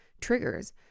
triggers